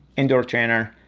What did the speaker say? indoor trainer,